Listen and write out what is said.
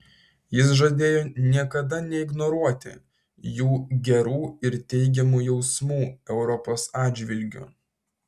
jis žadėjo niekada neignoruoti jų gerų ir teigiamų jausmų europos atžvilgiu